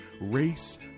race